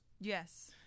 yes